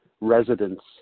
residents